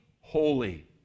holy